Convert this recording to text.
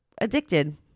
addicted